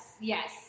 Yes